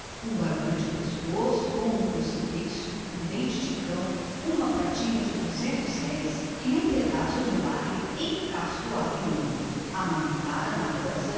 um barbante com um crucifixo de metal uma pratinha de duzentos reis e um pedaço de lacre encastoado em ouro desde que amamentara ana rosa